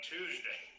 Tuesday